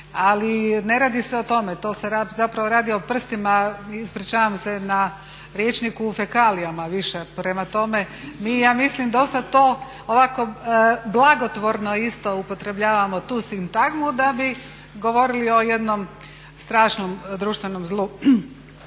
Ali ne radi se o tome. To se zapravo radi o prstima, ispričavam se na rječniku fekalijama više. Prema tome, mi ja mislim dosta to ovako blagotvorno isto upotrebljavamo tu sintagmu da bi govorili o jednom strašnom društvenom zlu.